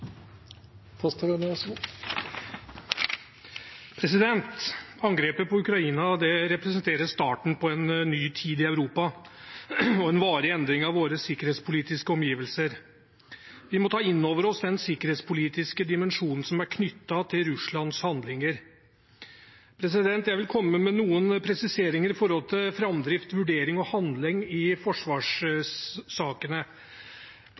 Angrepet på Ukraina representerer starten på en ny tid i Europa og en varig endring av våre sikkerhetspolitiske omgivelser. Vi må ta inn over oss den sikkerhetspolitiske dimensjonen som er knyttet til Russlands handlinger. Jeg vil komme med noen presiseringer når det gjelder framdrift, vurdering og handling i forsvarssakene.